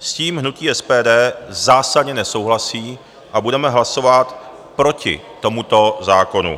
S tím hnutí SPD zásadně nesouhlasí a budeme hlasovat proti tomuto zákonu.